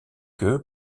queue